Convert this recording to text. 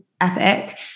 epic